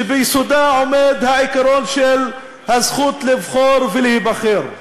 שביסודה עומד העיקרון של הזכות לבחור ולהיבחר.